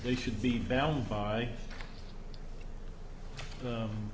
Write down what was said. they should be bound by